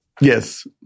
Yes